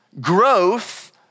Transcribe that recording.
growth